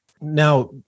Now